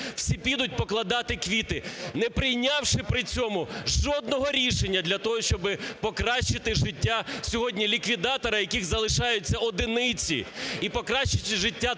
всі підуть покладати квіти, не прийнявши при цьому жодного рішення для того, щоби покращити життя сьогодні ліквідаторів, яких залишається одиниці